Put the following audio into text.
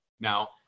Now